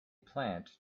plant